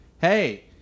hey